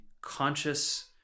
conscious